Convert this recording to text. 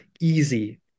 easy